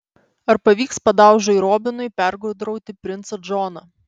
ar pavyks padaužai robinui pergudrauti princą džoną